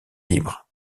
libre